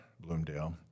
Bloomdale